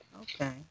Okay